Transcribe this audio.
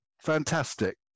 Fantastic